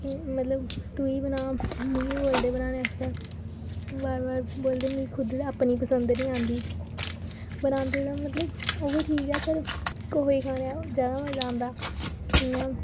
तू मतलब तू ई बना मिगी बोलदे बनाने आस्तै बोलदे मिगी खुद अपनी पसंद निं आंदी बनांदी ते ओह् बी मतलब ठीक ऐ मगर दूऐ दी जादा मजा आंदा हैना